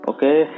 Okay